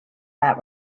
that